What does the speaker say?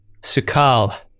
Sukal